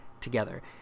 together